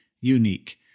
Unique